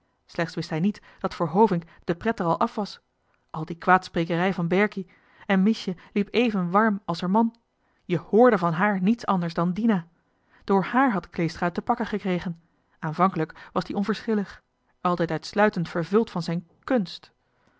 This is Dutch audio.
niet wist hij dat hovink er geen zin meer in had al die kwaadsprekerij van berkie en miesje liep even warm als er man je hrde van haar niets anders dan dina door hààr invloed had kleestra het te pakken gekregen aanvankelijk was die onverschillig altijd uitsluitend vervuld van zijn khunst